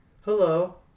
hello